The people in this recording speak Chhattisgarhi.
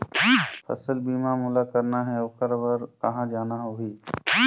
फसल बीमा मोला करना हे ओकर बार कहा जाना होही?